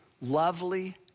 lovely